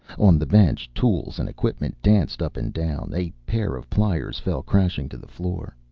on the bench, tools and equipment danced up and down. a pair of pliers fell crashing to the floor.